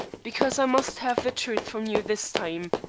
because i must have the truth from you this time.